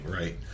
right